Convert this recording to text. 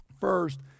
first